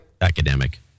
Academic